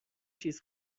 چیز